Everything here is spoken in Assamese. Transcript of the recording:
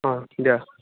অঁ দে